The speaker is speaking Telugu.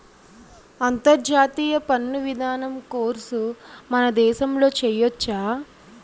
అంతర్జాతీయ పన్ను విధానం కోర్సు మన దేశంలో చెయ్యొచ్చా